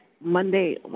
Monday